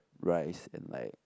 rice and like